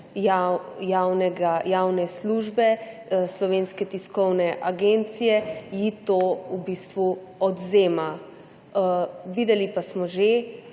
javne službe Slovenske tiskovne agencije, to ji v bistvu odvzema. Videli smo že